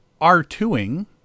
R2ing